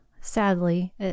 Sadly